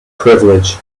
privilege